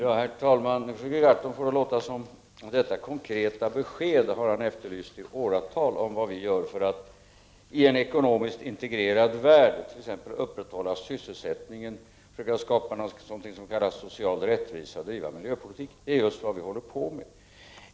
Herr talman! Nu försöker Per Gahrton få det att låta som om han i åratal har efterlyst detta konkreta besked om vad vi gör för att i en ekonomiskt integrerad värld t.ex. upprätthålla sysselsättningen, skapa något som kan kallas social rättvisa och driva miljöpolitik. Men det är just vad vi håller på med.